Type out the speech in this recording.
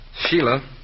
Sheila